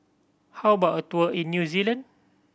how about a tour in New Zealand